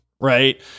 right